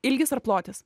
ilgis ar plotis